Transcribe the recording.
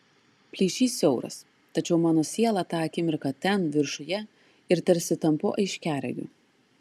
plyšys siauras tačiau mano siela tą akimirką ten viršuje ir tarsi tampu aiškiaregiu